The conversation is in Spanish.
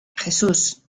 jesús